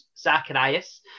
Zacharias